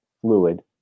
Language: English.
fluid